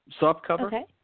softcover